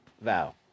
vow